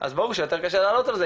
אז ברור שיותר קשה לעלות על זה.